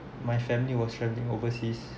my family was travelling overseas